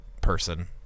person